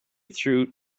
through